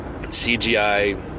CGI